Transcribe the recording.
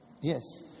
Yes